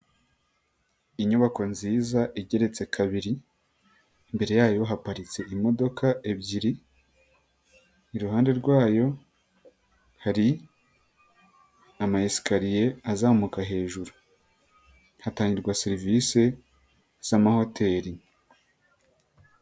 Inyubako nziza igeretse kabiri. Imbere yayo haparitse imodoka ebyiri. Iruhande rwayo, hari, ama esakaliye azamuka hejuru. Hatangirwa serivisi z'amahoteri.